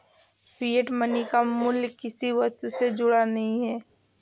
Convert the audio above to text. fiat money का मूल्य किसी वस्तु से जुड़ा नहीं है